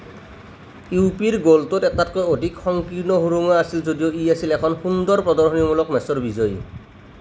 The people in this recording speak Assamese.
ইউ পি ৰ গ'লটোত এটাতকৈ অধিক সংকীৰ্ণ সুৰুঙা আছিল যদিও ই আছিল এখন সুন্দৰ প্ৰদৰ্শনীমূলক মেচৰ বিজয়ী